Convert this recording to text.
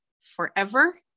forever